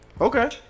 Okay